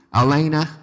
Elena